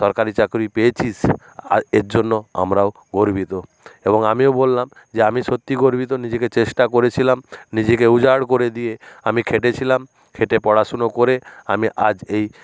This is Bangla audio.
সরকারি চাকুরি পেয়েছিস আর এর জন্য আমরাও গর্বিত এবং আমিও বললাম যে আমি সত্যি গর্বিত নিজেকে চেষ্টা করেছিলাম নিজেকে উজাড় করে দিয়ে আমি খেটেছিলাম খেটে পড়াশুনো করে আমি আজ এই